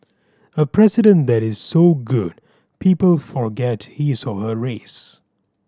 a president that is so good people forget his or her race